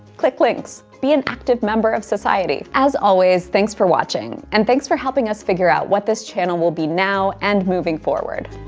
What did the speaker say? click links, be an active member of society. as always, thanks for watching and thanks for helping us figure out what this channel will be now and moving forward.